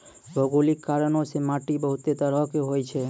भौगोलिक कारणो से माट्टी बहुते तरहो के होय छै